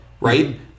right